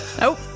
nope